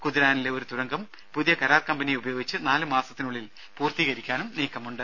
കുതിരാനിലെ ഒരു തുരങ്കം പുതിയ കരാർകമ്പനിയെ ഉപയോഗിച്ച് നാല് മാസത്തിനുള്ളിൽ പൂർത്തീകരിക്കാനും നീക്കമുണ്ട്